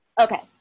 Okay